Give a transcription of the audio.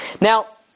Now